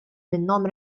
minnhom